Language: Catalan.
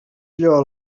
lloa